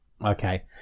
Okay